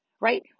Right